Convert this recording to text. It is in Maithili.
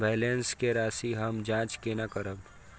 बैलेंस के राशि हम जाँच केना करब?